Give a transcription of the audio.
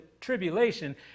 tribulation